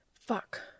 Fuck